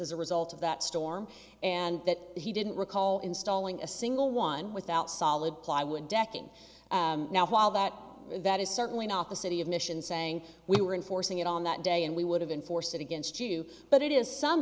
as a result of that storm and that he didn't recall installing a single one without solid plywood deck and now while that that is certainly not the city of mission saying we were enforcing it on that day and we would have enforced it against you but it is some